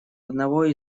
одного